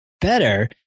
better